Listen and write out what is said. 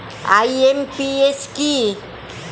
IMPS কি?